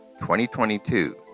2022